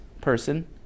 person